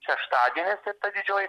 šeštadienis ta didžioji